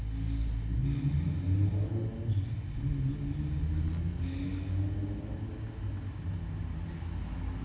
mm